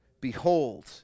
behold